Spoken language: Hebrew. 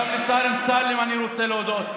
גם לשר אמסלם אני רוצה להודות,